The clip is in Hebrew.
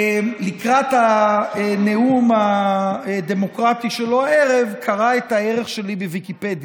לקראת הנאום הדמוקרטי שלו הערב קרא את הערך שלי בוויקיפדיה.